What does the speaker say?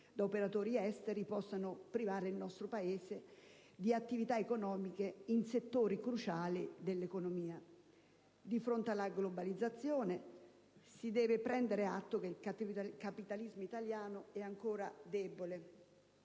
da operatori esteri possano privare il nostro Paese di attività economiche in settori cruciali dell'economia. Di fronte alla globalizzazione, si deve prendere atto che il capitalismo italiano è ancora debole